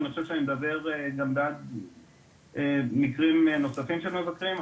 ואני חושב שאני מדבר גם בעד מקרים נוספים של מבקרים,